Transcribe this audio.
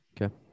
Okay